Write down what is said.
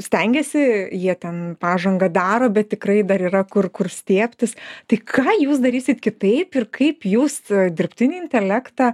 stengiasi jie ten pažangą daro bet tikrai dar yra kur kur stiebtis tai ką jūs darysit kitaip ir kaip jūs dirbtinį intelektą